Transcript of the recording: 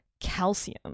Calcium